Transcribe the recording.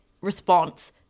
response